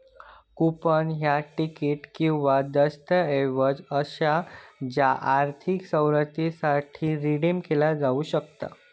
coupon ह्या तिकीट किंवा दस्तऐवज असा ज्या आर्थिक सवलतीसाठी रिडीम केला जाऊ शकता